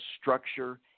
structure